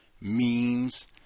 memes